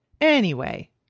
Anyway